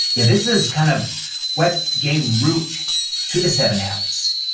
yeah, this is kind of what gave root to the seven habits,